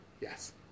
Yes